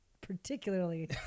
particularly